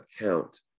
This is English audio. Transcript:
account